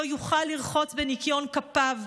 לא יוכל לרחוץ בניקיון כפיו.